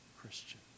Christian